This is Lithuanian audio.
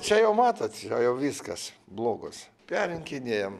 čia jau matot čia jau viskas blogos perrinkinėjam